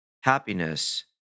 happiness